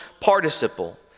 participle